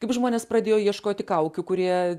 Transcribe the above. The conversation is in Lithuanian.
kaip žmonės pradėjo ieškoti kaukių kurie